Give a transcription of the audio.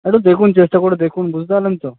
একটু দেখুন চেষ্টা করে দেখুন বুঝতে পারলেন তো